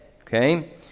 Okay